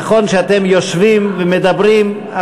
נכון שאתם יושבים ומדברים,